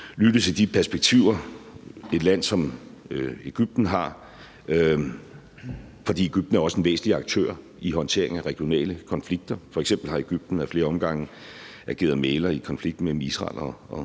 lytte til de perspektiver, et land som Egypten har. For Egypten er også en væsentlig aktør i håndteringen af regionale konflikter. F.eks. har Egypten ad flere omgange ageret mægler i konflikten mellem Israel og